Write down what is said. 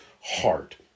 heart